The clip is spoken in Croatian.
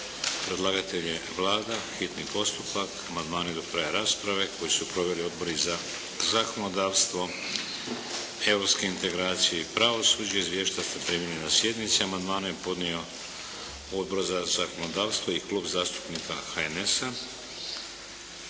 Predlagatelj je Vlada. Hitni postupak. Amandmani do kraja za rasprave. Koju su proveli odbori za zakonodavstvo, europske integracije i pravosuđe. Izvješća ste primili na sjednici. Amandmane je podnio Odbor za zakonodavstvo i Klub zastupnika HNS-a.